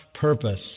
purpose